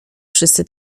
wszyscy